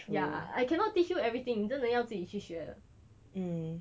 ya I cannot teach you everything 你真的要自己去学的